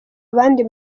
abandi